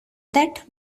that